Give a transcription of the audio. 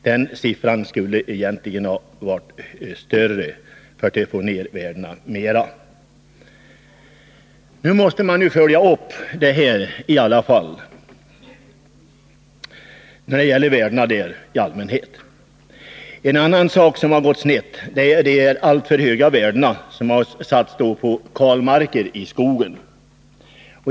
Den siffran skulle egentligen ha varit större, så att man kunde ha fått ner värdena mera. Nu måste män i alla fall följa upp värdena i allmänhet. En annan sak som har gått snett är de alltför höga värden som har satts på kalmarker i skogen.